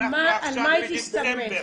אנחנו עכשיו בדצמבר,